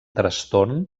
trastorn